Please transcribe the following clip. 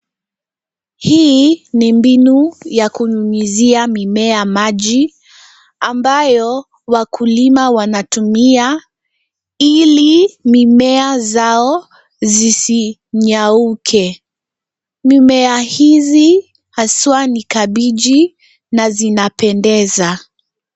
Hii ni mbinu ya kunyunyizia mimea maji, ambayo wakulima wanatumia ili mimea zao zisinyauke. Mimea hizi haswa ni kabiji na zinapendeza.